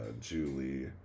julie